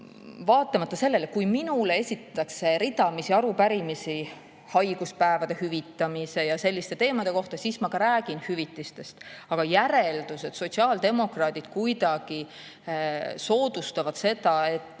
tegemiseks. Teiseks, kui minule esitatakse ridamisi arupärimisi haiguspäevade hüvitamise ja selliste teemade kohta, siis ma ka räägin hüvitistest, aga järeldus, et sotsiaaldemokraadid kuidagi soodustavad seda, et